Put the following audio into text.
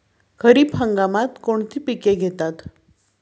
खरीप हंगामात कोणती पिके घेतात?